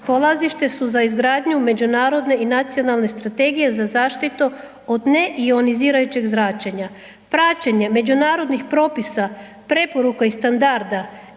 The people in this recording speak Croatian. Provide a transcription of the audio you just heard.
polazište su za izgradnju međunarodne i nacionalne strategije od neionizirajućeg zračenja. Praćenje međunarodnih propisa, preporuka i standarda,